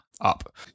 up